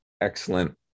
excellent